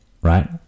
right